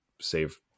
save